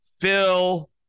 Phil